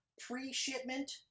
pre-shipment